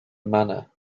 manner